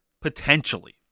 potentially